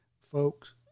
folks